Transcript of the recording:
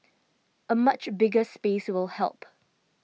a much bigger space will help